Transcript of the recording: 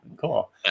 cool